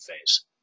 phase